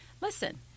listen